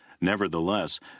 Nevertheless